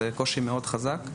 זה קושי חזק מאוד.